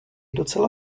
docela